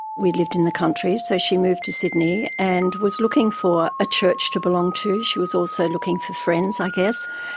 we lived in the country so she moved to sydney and was looking for a church to belong to, she was also looking for friends i guess,